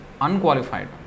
unqualified